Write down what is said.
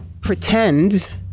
pretend